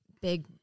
big